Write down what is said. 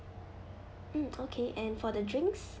mm okay and for the drinks